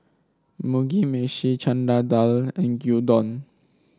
Mugi Meshi Chana Dal and Gyudon